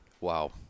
Wow